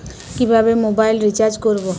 কিভাবে mobile recharge করব?